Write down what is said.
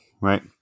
right